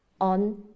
on